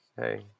Hey